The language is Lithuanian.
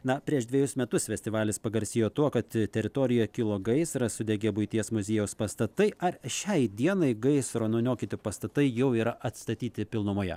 na prieš dvejus metus festivalis pagarsėjo tuo kad teritorijoj kilo gaisras sudegė buities muziejaus pastatai ar šiai dienai gaisro nuniokoti pastatai jau yra atstatyti pilnumoje